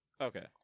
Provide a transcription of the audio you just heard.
Okay